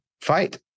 fight